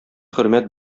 хөрмәт